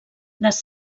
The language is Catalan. les